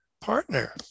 partner